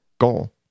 goal